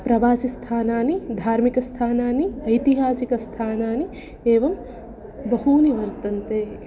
प्रवासिस्थानानि धार्मिकस्थानानि ऐतिहासिकस्थानानि एवं बहूनि वर्तन्ते